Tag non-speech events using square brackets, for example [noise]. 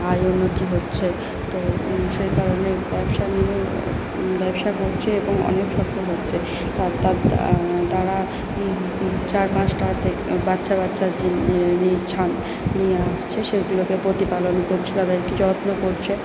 আয় উন্নতি হচ্ছে তো সেই কারণে ব্যবসা নিয়েই ব্যবসা করছে এবং অনেক সফল হচ্ছে তারা চার পাঁচটাতে বাচ্চা বাচ্চা [unintelligible] নিয়ে [unintelligible] নিয়ে আসছে সেগুলোকে প্রতিপালন করছে তাদেরকে যত্ন করছে